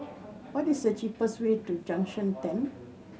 what is the cheapest way to Junction Ten